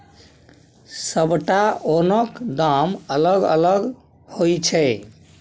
सबटा ओनक दाम अलग अलग होइ छै